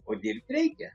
o dirbt reikia